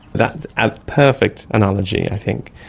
that's a perfect analogy i think.